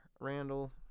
Randall